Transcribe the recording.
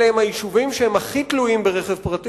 אלה הם היישובים שהכי תלויים ברכב פרטי,